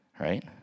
Right